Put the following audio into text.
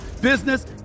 business